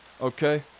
Okay